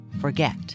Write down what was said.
forget